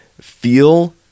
feel